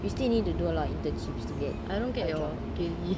you still need to do a lot of internships to get